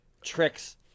tricks